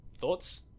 Thoughts